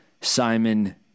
Simon